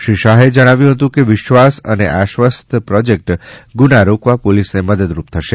શ્રી અમિત શાહે જણાવ્યું હતું કે વિશ્વાસ અને આશ્વસ્ત પ્રોજેક્ટ ગુના રોકવા પોલીસને મદદરૂપ થશે